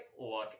look